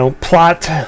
plot